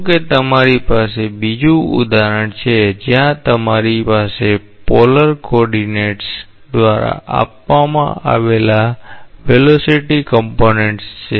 કહો કે તમારી પાસે બીજું ઉદાહરણ છે જ્યાં તમારી પાસે પોલર કોઓર્ડિનેટ્સ દ્વારા આપવામાં આવેલા વેગ ઘટકો છે